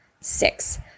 Six